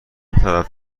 طرف